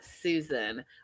Susan